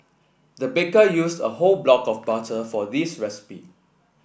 the baker used a whole block of butter for this recipe